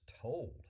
told